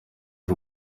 ati